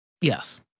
yes